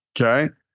okay